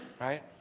right